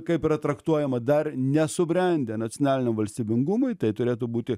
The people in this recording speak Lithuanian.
kaip yra traktuojama dar nesubrendę nacionaliniam valstybingumui tai turėtų būti